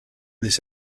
this